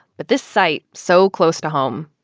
but this site, so close to home,